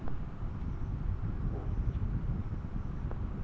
আমি কিভাবে অনলাইনে ট্রাক্টরের দাম দেখতে পারি?